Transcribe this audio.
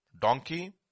donkey